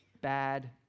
bad